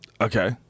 Okay